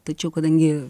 tačiau kadangi